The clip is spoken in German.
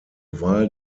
wahl